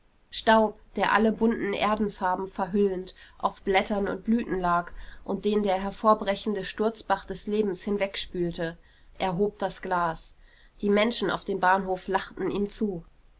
staub der alle bunten erdenfarben verhüllend auf blättern und blüten lag und den der hervorbrechende sturzbach des lebens hinwegspülte er hob das glas die menschen auf dem bahnhof lachten ihm zu